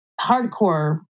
hardcore